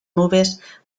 nubes